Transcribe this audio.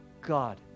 God